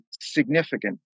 significant